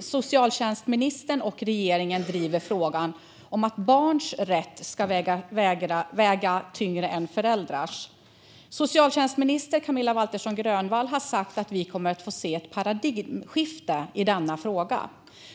socialtjänstministern och regeringen driver frågan om att barns rätt ska väga tyngre än föräldrars. Socialtjänstminister Camilla Waltersson Grönvall har sagt att vi kommer att få se ett paradigmskifte i denna fråga.